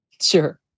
Sure